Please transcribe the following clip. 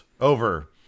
over